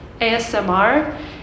ASMR